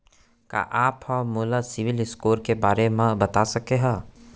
का आप हा मोला सिविल स्कोर के बारे मा बता सकिहा?